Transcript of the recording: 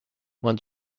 moins